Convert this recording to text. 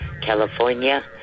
California